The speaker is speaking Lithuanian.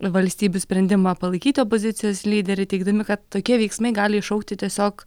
valstybių sprendimą palaikyti opozicijos lyderį teigdami kad tokie veiksmai gali iššaukti tiesiog